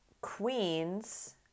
queens